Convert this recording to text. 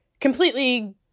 completely